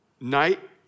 night